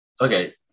okay